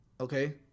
Okay